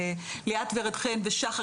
ליאת ורד חן ושחר,